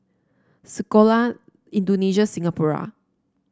Sekolah Indonesia Singapura